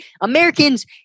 Americans